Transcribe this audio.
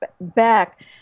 back